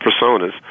personas